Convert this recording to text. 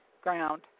ground